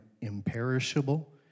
imperishable